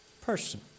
person